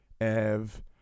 Ev